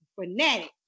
fanatic